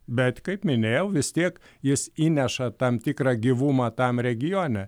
bet kaip minėjau vis tiek jis įneša tam tikrą gyvumą tam regione